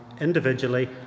individually